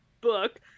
book